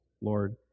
Lord